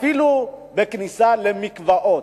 אפילו בכניסה למקוואות.